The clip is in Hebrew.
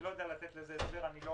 אני לא יודע לתת לזה הסבר, אני לא